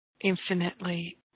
infinitely